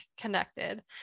connected